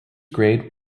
grade